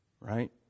right